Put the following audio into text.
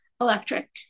electric